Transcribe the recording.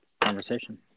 conversation